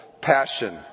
passion